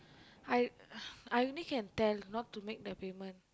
I I only can tell not to make the payment